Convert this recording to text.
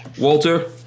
Walter